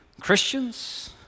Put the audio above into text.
Christians